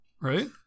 Right